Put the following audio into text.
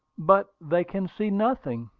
but they can see nothing,